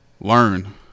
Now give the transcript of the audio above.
learn